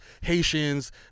Haitians